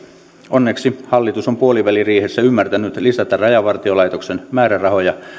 onneksi hallitus on puoliväliriihessä ymmärtänyt lisätä rajavartiolaitoksen määrärahoja